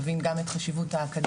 מבין גם את חשיבות האקדמיה,